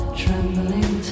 trembling